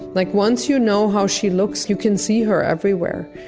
like, once you know how she looks you can see her everywhere,